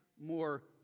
more